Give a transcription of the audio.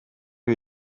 rwo